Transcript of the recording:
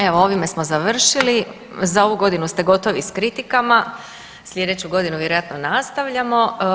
Evo ovime smo završili za ovu godinu ste gotovi s kritikama, sljedeću godinu vjerojatno nastavljamo.